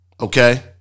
Okay